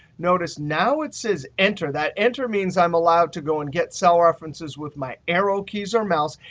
notice, now it says enter. that enter means i'm allowed to go and get cell references with my arrow keys or mouse.